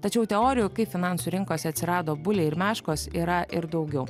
tačiau teorijų kaip finansų rinkose atsirado buliai ir meškos yra ir daugiau